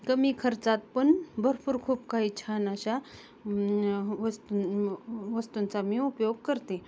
कमी खर्चात पण भरपूर खूप काही छान अशा वस्तू वस्तूंचा मी उपयोग करते